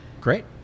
Great